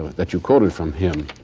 that you quoted from him,